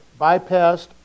bypassed